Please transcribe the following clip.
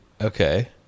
Okay